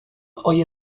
hoy